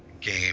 Game